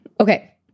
Okay